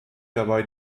dabei